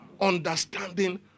Understanding